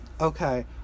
Okay